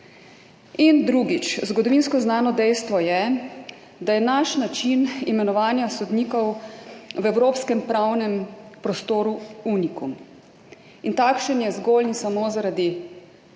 Drugič, zgodovinsko znano dejstvo je, da je naš način imenovanja sodnikov v evropskem pravnem prostoru unikum in takšen je zgolj in samo zaradi